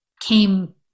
came